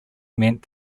meant